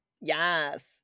Yes